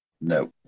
No